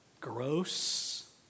gross